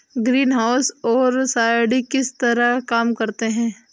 greenhouse सौर सरणी किस तरह काम करते हैं